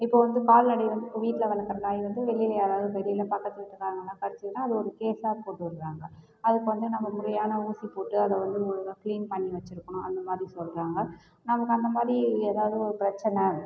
இப்போது வந்து கால்நடை வந்து இப்போது வீட்டில் வளர்க்கற நாய் வந்து வெளியில் யாராவது இல்லை பக்கத்து வீட்டுக்காரங்களை கடிச்சதுனா அது ஒரு கேஸ்ஸா போட்டுகிறாங்க அதுக்கு வந்து நம்ம முறையான ஊசிப்போட்டு அதை வந்து ஒழுங்கா க்ளீன் பண்ணி வச்சுருக்கணும் அந்தமாதிரி சொல்கிறாங்க நமக்கு அந்தமாதிரி எதாவது ஒரு ப்ரச்சின